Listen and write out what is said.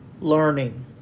learning